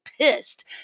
pissed